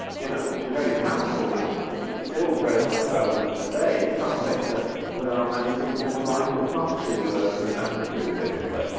you know, which is a very powerful lesson and which is still very much relevant today, something that that um many people would like us not to remember too vividly.